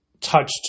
touched